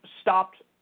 stopped